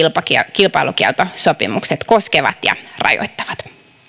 kilpailukieltosopimukset koskevat ja rajoittavat